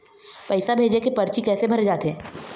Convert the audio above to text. पैसा भेजे के परची कैसे भरे जाथे?